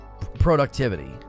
productivity